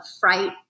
Fright